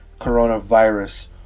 coronavirus